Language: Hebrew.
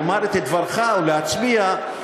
לומר את דבריך ולהצביע,